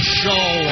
show